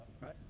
right